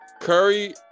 Curry